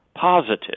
positive